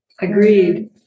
agreed